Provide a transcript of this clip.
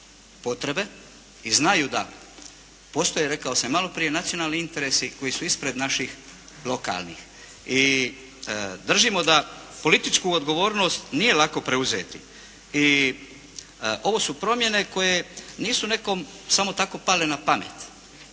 potrebe i znaju da postoje rekao sam i maloprije, nacionalni interesi koji sud ispred naših lokalnih. I držimo da političku odgovornost nije lako preuzeti. I ovo su promjene koje nisu nekom samo tako pale na pamet.